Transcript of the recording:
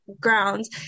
grounds